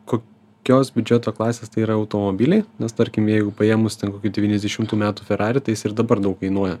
kokios biudžeto klasės tai yra automobiliai nes tarkim jeigu paėmus ten kokių devyniasdešimtų metų ferrari tai jis ir dabar daug kainuoja